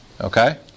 Okay